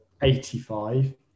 85